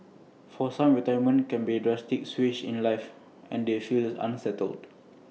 for some retirement can be A drastic switch in life and they feel unsettled